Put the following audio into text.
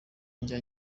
njya